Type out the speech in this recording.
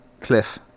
Cliff